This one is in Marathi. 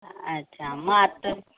अच्छा मग आता